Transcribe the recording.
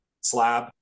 slab